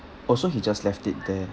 oh so he just left it there